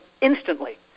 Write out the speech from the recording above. instantly